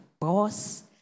boss